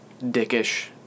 dickish